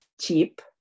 cheap